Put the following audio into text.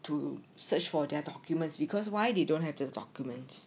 to search for their documents because why they don't have the documents